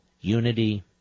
unity